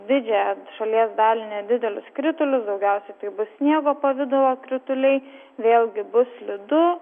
didžiąją šalies dalį nedidelius kritulius daugiausiai tai bus sniego pavidalo krituliai vėlgi bus slidu